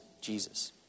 Jesus